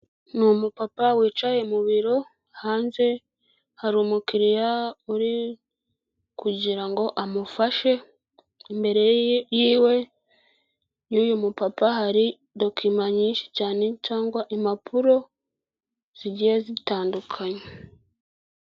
Ni umupapa wicaye mu biro, hanze hari umukiriya uri kugira ngo amufashe, imbere yiwe y'uyu mupapa hari dokuma nyinshi cyane cyangwa impapuro zigiye zitandukanye.